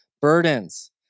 burdens